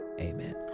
amen